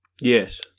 Yes